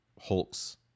Hulk's